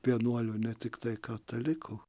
vienuolių ne tiktai katalikų